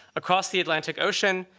across the atlantic ocean,